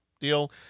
deal